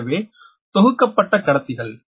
எனவே தொகுக்கப்பட்ட கடத்திகள்